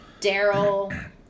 Daryl